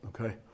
Okay